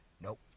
nope